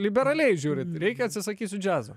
liberaliai žiūrit reikia atsisakysiu džiazo